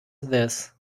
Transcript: this